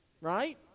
right